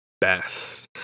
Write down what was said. best